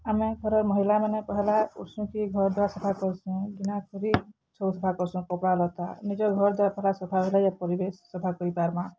ଆମେ ଘରର୍ ମହିଳାମାନେ ପହେଲା ଉଠ୍ସୁଁକି ଘର ଦୁଆର୍ ସଫା କରୁସୁଁ ଗିନା ଖୁରି ସବୁ ସଫା କରୁସୁଁ କପ୍ଡ଼ା ଲତା ନିଜର୍ ଘର ଦୁଆର୍ ପହେଲା ସଫା ହେଲେ ଯାଇ ପରିବେଶ୍ ସଫା କରିପାର୍ମା